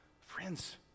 Friends